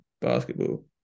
basketball